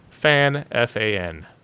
FANFAN